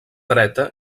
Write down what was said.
dreta